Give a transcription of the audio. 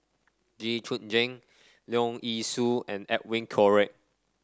Jit Koon Ch'ng Leong Yee Soo and Edwin Koek